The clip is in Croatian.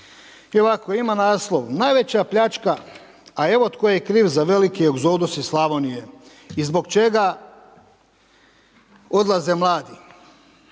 I ovako, ima naslov, najveća pljačka, a evo tko je kriv za veliki egzodus iz Slavonije i zbog čega odlaze mladi.